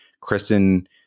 Kristen